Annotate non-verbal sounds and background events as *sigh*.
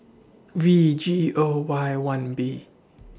*noise* V G O Y one B